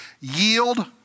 yield